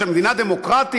של מדינה דמוקרטית,